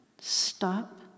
stop